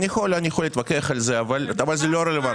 אני יכול להתווכח על זה, אבל זה לא רלוונטי.